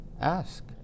Ask